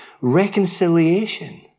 reconciliation